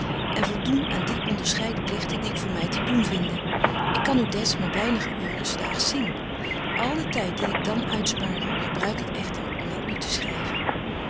en voldoen aan die onderscheiden pligten die ik voor my te doen vinde ik kan u des maar weinige uuren s daags zien al den tyd dien ik kan uitsparen gebruik ik echter om aan u te schryven